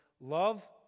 Love